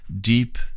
deep